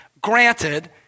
Granted